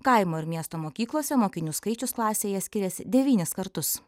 kaimo ir miesto mokyklose mokinių skaičius klasėje skiriasi devynis kartus